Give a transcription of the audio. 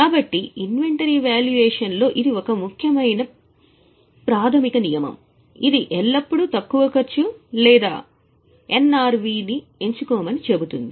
కాబట్టి inventory valuation లో ఇది ఒక ముఖ్యమైన ప్రాథమిక నియమం ఇది ఎల్లప్పుడూ తక్కువ ఖర్చు లేదా NRV ఎంచుకోమని చెబుతుంది